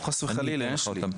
חס וחלילה, יש לי.